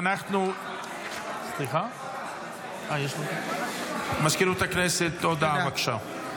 הודעה למזכירות הכנסת, בבקשה.